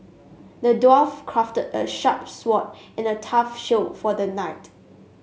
the dwarf crafted a sharp sword and a tough shield for the knight